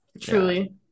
truly